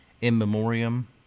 in-memoriam